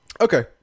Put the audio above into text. Okay